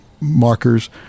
markers